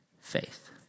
faith